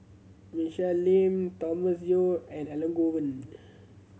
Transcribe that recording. Michelle Lim Thomas Yeo and Elangovan